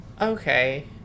Okay